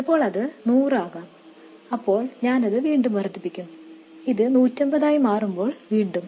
ചിലപ്പോൾ അത് 100 ആകാം അപ്പോൾ ഞാനത് വീണ്ടും വർദ്ധിപ്പിക്കും ഇത് 150 ആയി മാറുമ്പോൾ വീണ്ടും